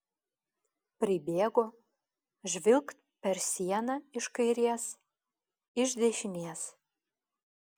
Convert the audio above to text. pribėgo žvilgt per sieną iš kairės iš dešinės